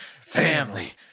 family